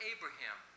Abraham